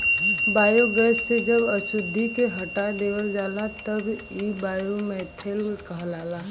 biogas से जब अशुद्धि के हटा देवल जाला तब इ बायोमीथेन कहलाला